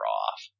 off